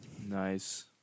Nice